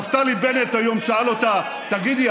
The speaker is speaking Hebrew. נפתלי בנט היום שאל אותה: תגידי,